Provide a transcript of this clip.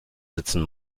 sitzen